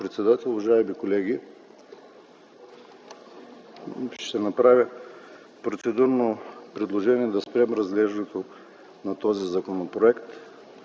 председател. Уважаеми колеги, ще направя процедурно предложение да спрем разглеждането на този законопроект